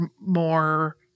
more